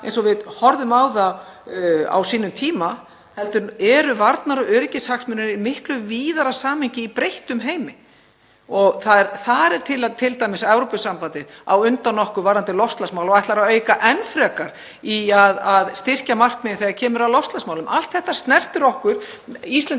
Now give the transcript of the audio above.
eins og við horfðum á þá á sínum tíma, heldur eru varnar- og öryggishagsmunir í miklu víðara samhengi í breyttum heimi. Þar er t.d. Evrópusambandið á undan okkur varðandi loftslagsmál og ætlar að auka í enn frekar og styrkja markmið þegar kemur að loftslagsmálum. Allt þetta snertir okkur Íslendinga,